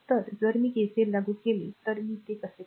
तर जर मी KCL लागू केले तर मी ते कसे करू